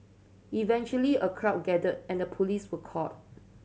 eventually a crowd gathered and the police were called